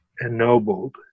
ennobled